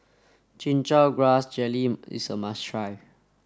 Chin Chow Grass Jelly is a must try